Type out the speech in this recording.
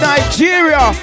Nigeria